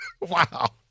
Wow